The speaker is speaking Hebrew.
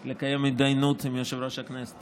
לקיים התדיינות עם יושב-ראש הכנסת.